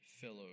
fellow